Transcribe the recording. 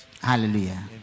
Hallelujah